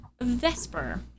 Vesper